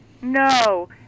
No